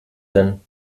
denn